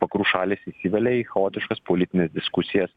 vakarų šalys įsivelia į chaotiškas politines diskusijas